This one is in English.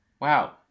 Wow